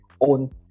own